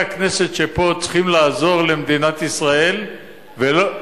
הכנסת שנמצאים פה צריכים לעזור למדינת ישראל ולא,